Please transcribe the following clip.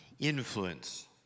Influence